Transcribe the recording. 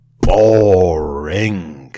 BORING